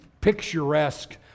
picturesque